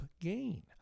gain